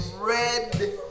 red